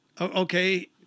Okay